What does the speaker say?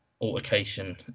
altercation